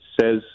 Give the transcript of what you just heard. says